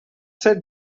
said